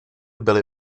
byly